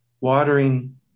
watering